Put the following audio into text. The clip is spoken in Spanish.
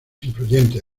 influyente